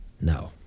No